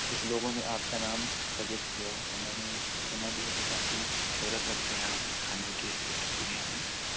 کچھ لوگوں نے آپ کا نام سجیسٹ کیا اور میں نے سُنا بھی ہے کی کافی شہرت رکھتے ہیں آپ کھانے کے دُنیا میں